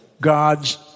God's